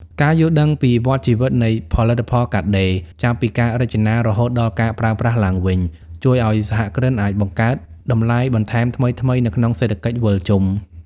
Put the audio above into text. ការយល់ដឹងពីវដ្តជីវិតនៃផលិតផលកាត់ដេរ ចាប់ពីការរចនារហូតដល់ការប្រើប្រាស់ឡើងវិញ ជួយឱ្យសហគ្រិនអាចបង្កើតតម្លៃបន្ថែមថ្មីៗនៅក្នុងសេដ្ឋកិច្ចវិលជុំ។